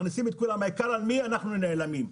העיקר שאנחנו נעלמים.